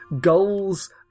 goals